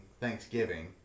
Thanksgiving